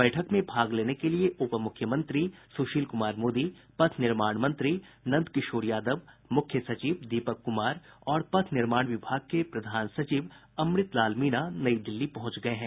बैठक में भाग लेने के लिए उपमुख्यमंत्री सुशील कुमार मोदी पथ निर्माण मंत्री नंदकिशोर यादव मुख्य सचिव दीपक कुमार और पथ निर्माण विभाग के प्रधान सचिव अमृत लाल मीणा नई दिल्ली पहुंच गये हैं